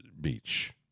Beach